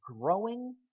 growing